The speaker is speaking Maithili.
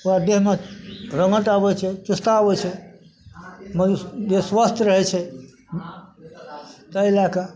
देहमे रङ्गत आबै छै चेष्टा आबै छै मोन देह स्वस्थ रहै छै ताहि लैके